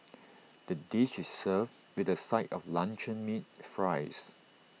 the dish is served with A side of luncheon meat fries